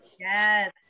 Yes